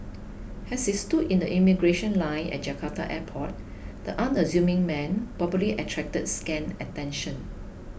as he stood in the immigration line at Jakarta airport the unassuming man probably attracted scant attention